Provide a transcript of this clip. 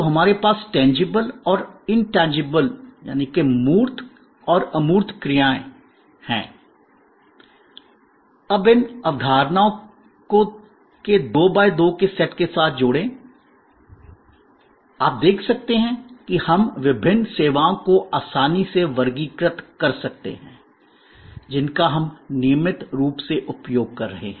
तो हमारे पास टेंजबल और इनटेंजबल मूर्त क्रियाएँ और अमूर्त क्रियाएँ है अब इन अवधारणाओं के 2 बाय 2 के सेट को साथ जोड़ें आप देख सकते हैं कि हम विभिन्न सेवाओं को आसानी से वर्गीकृत कर सकते हैं जिनका हम नियमित रूप से उपयोग कर रहे हैं